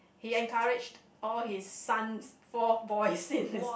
he encouraged all his sons four boys in his